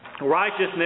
Righteousness